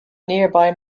nearby